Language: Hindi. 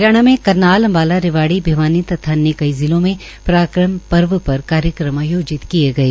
हरियाणा में करनाल अम्बाला रेवाड़ी भिवानी तथा कई जिलों में पराक्रम पर्व पर कार्यक्रम आयोजित किए गए